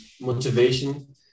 motivation